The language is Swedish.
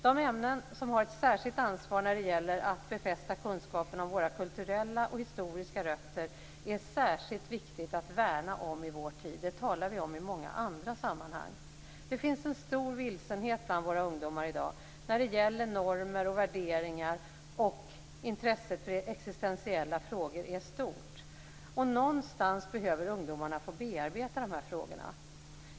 De ämnen som har ett särskilt ansvar när det gäller att befästa kunskapen om våra kulturella och historiska rötter är det särskilt viktigt att värna om i vår tid. Det talar vi om i många andra sammanhang. Det finns en stor vilsenhet bland våra ungdomar i dag när det gäller normer och värderingar, och intresset för existentiella frågor är stort. Någonstans behöver ungdomarna få bearbeta dessa frågor. Någonstans behöver ungdomarna få bearbeta dessa frågor.